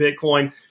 Bitcoin